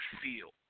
feel